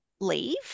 leave